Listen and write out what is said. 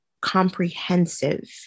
comprehensive